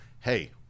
hey